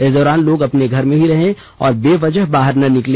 इस दौरान लोग अपने घर में ही रहें और बेवजह बाहर न निकले